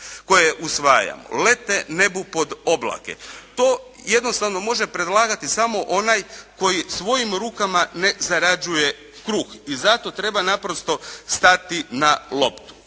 koje usvajamo. Lete nebu pod oblake! To jednostavno može predlagati samo onaj koji svojim rukama ne zarađuje kruh i zato treba naprosto stati na loptu.